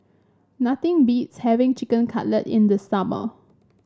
nothing beats having Chicken Cutlet in the summer